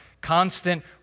constant